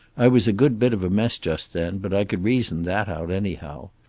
i was a good bit of a mess just then, but i could reason that out, anyhow.